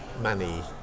money